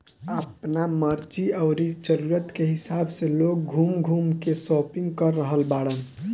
आपना मर्जी अउरी जरुरत के हिसाब से लोग घूम घूम के शापिंग कर रहल बाड़न